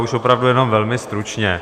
Já už opravdu jenom velmi stručně.